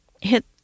hit